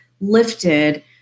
lifted